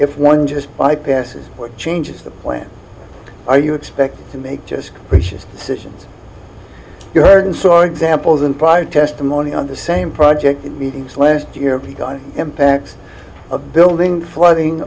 if one just bypasses what changes the plans are you expect to make just pushes decisions you heard and saw examples in prior testimony on the same project meetings last year impacts a building flooding